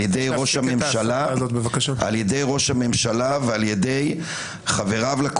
על ידי ראש הממשלה --- תפסיק את ההסתה הזאת בבקשה.